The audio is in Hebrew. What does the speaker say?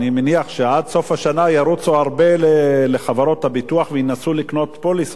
אני מניח שעד סוף השנה ירוצו הרבה לחברות הביטוח וינסו לקנות פוליסות,